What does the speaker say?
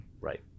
right